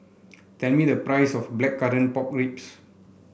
tell me the price of Blackcurrant Pork Ribs